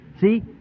See